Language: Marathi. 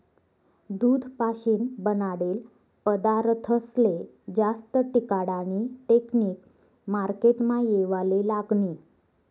दूध पाशीन बनाडेल पदारथस्ले जास्त टिकाडानी टेकनिक मार्केटमा येवाले लागनी